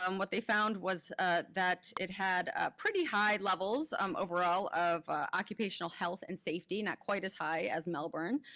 um what they found was ah that it had pretty high levels um overall of occupational health and safety, not quite as high as melbourne,